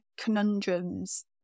conundrums